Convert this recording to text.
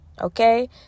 Okay